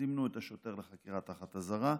זימנו את השוטר לחקירה תחת אזהרה,